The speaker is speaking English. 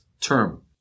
term